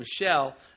Michelle